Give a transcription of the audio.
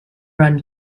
run